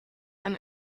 ein